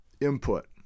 input